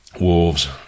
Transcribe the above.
wolves